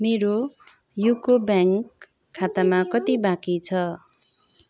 मेरो UCO bank खातामा कति बाँकी छ